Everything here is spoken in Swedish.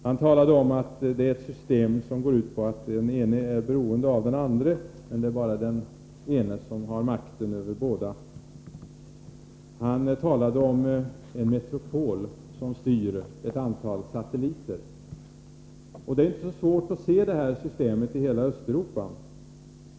Han talade om ett system som går ut på att den ene är beroende av den andre men att den ene har makten över båda. Han talade om en metropol som styr ett antal satelliter. Det är inte så svårt att se det systemet i hela Östeuropa.